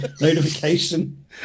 notification